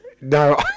no